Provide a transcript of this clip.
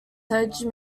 sedge